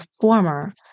former